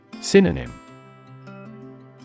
Synonym